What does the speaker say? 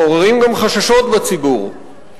מעוררים גם חששות בציבור.